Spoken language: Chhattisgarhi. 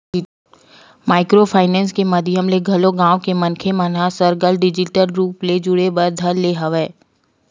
माइक्रो फायनेंस के माधियम ले घलो गाँव के मनखे मन ह सरलग डिजिटल रुप ले जुड़े बर धर ले हवय